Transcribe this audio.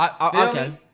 Okay